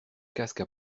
casque